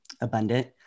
abundant